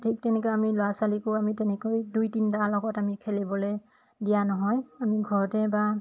ঠিক তেনেকৈ আমি ল'ৰা ছোৱালীকো আমি তেনেকৈ দুই তিনিটাৰ লগত আমি খেলিবলৈ দিয়া নহয় আমি ঘৰতে বা